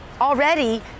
already